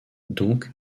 donc